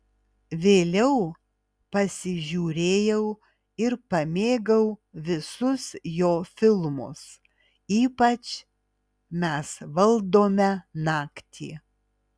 vėliau pasižiūrėjau ir pamėgau visus jo filmus ypač mes valdome naktį